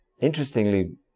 interestingly